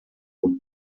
would